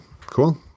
cool